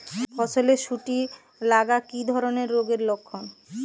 ফসলে শুটি লাগা কি ধরনের রোগের লক্ষণ?